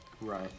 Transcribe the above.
Right